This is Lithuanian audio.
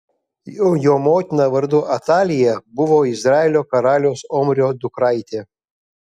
jo motina vardu atalija buvo izraelio karaliaus omrio dukraitė